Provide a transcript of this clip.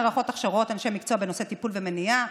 נערכות הכשרות אנשי מקצוע בנושא טיפול ומניעה,